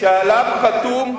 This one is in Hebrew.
זה פותר את